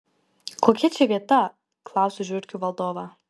kokia čia vieta klausiu žiurkių valdovą